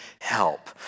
help